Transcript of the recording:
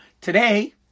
Today